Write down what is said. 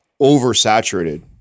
oversaturated